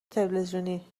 تلویزیونی